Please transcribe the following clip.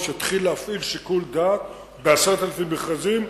יתחיל להפעיל שיקול דעת ב-10,000 מכרזים,